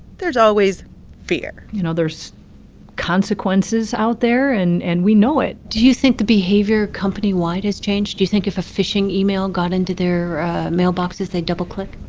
there's always fear you know there's consequences out there, and and we know it do you think the behavior company-wide has changed? do you think if a phishing email got into their mailboxes, they'd double-click?